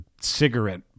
cigarette